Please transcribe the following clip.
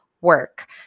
work